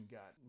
got